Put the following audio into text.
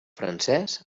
francès